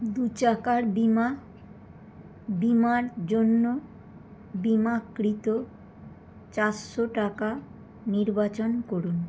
দু চাকার বিমা বিমার জন্য বিমাকৃত চারশো টাকা নির্বাচন করুন